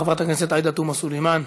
חברת הכנסת עאידה תומא סלימאן,